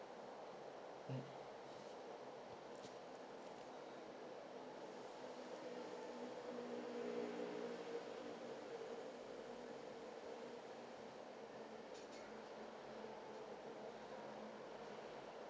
mm